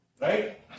right